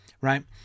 right